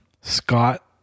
Scott